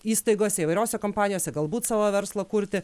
įstaigose įvairiose kompanijose galbūt savo verslą kurti